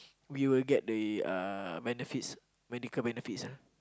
we will get the uh benefits medical benefits ah